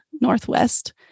northwest